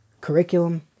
curriculum